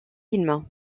films